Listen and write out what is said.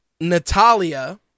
Natalia